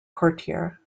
courtier